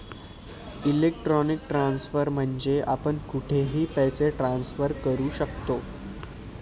electronic transfer म्हणजे आपण कुठेही पैसे ट्रान्सफर करू शकतो